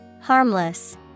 Harmless